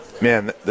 man